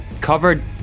covered